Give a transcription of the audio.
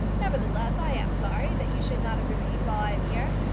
nevertheless i am sorry that you should not have remained while i am here.